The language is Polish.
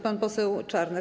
Pan poseł Czarnek.